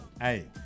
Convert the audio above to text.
hey